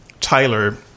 Tyler